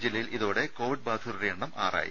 ജില്ലയിൽ ഇതോടെ കോവിഡ് ബാധിത രുടെ എണ്ണം ആറായി